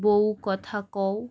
বউ কথা কও